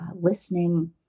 listening